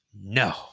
No